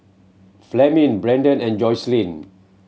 Fleming Brendan and Joslyn